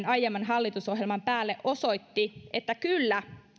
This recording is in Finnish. aiemman hallitusohjelman päälle osoitti että kyllä